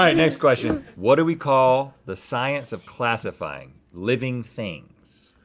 um next question. what do we call the science of classifying living things?